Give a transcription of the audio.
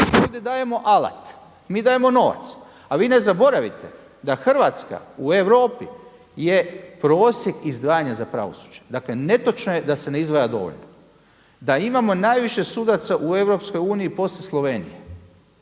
Ovdje dajemo alat, mi dajemo novac, a vi ne zaboravite da Hrvatska u Europi je prosjek izdvajanja za pravosuđe. Dakle netočno je da se ne izdvaja dovoljno. Da imamo najviše sudaca u EU poslije Slovenije